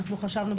אנחנו חשבנו,